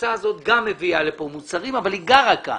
קבוצה שגם היא מביאה לכאן מוצרים אבל היא גרה כאן,